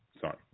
Sorry